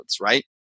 right